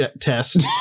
test